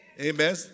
amen